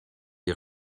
die